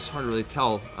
sort of really tell.